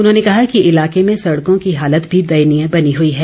उन्होंने कहा कि इलाके में सड़कों की हालत भी दयनीय बनी हुई है